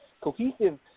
cohesive